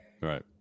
Right